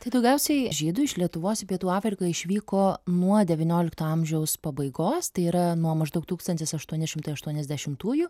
tai daugiausiai žydų iš lietuvos į pietų afriką išvyko nuo devyniolikto amžiaus pabaigos tai yra nuo maždaug tūkstantis aštuoni šimtai aštuoniasdešimtųjų